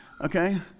okay